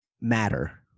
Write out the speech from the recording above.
matter